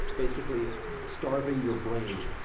basically starving your brain,